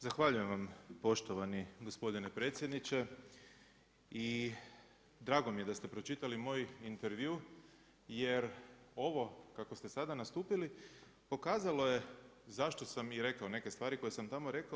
Zahvaljujem vam poštovani gospodine predsjedniče i drago mi je da ste pročitali moj intervju, jer ovo kako ste sada nastupili pokazalo je zašto sam i rekao neke stvari koje sam tamo rekao.